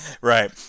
Right